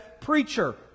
preacher